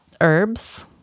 Herbs